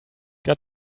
got